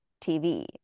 TV